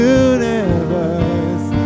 universe